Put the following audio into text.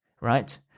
right